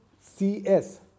CS